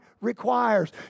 requires